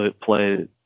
play